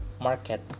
market